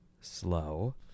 slow